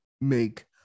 make